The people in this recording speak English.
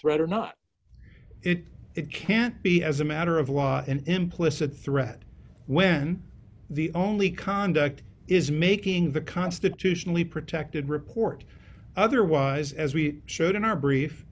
threat or not it it can't be as a matter of law an implicit threat when the only conduct is making the constitutionally protected report otherwise as we showed in our brief